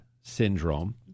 syndrome